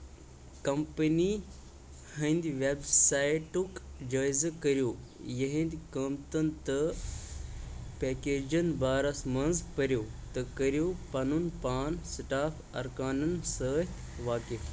company ہٕنٛدِ web سائٹُک جٲیِزٕ کٔرِو، یِہنٛدِ قۭمتَن تہٕ پیکجن بارَس منٛز پٔرِو، تہٕ کٔرِو پنُن پان سٹاف ارکانن سۭتۍ واقِف